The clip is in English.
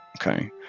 Okay